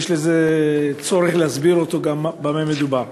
ויש צורך להסביר גם במה מדובר.